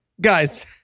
guys